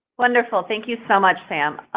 wonderful. thank you so much, sam.